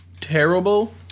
Terrible